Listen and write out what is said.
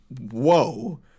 whoa